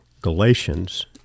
Galatians